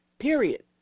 period